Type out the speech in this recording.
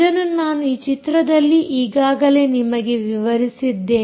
ಇದನ್ನು ನಾನು ಈ ಚಿತ್ರದಲ್ಲಿ ಈಗಾಗಲೇ ನಿಮಗೆ ವಿವರಿಸಿದ್ದೇನೆ